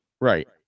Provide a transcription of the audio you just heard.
Right